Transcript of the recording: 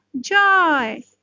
joy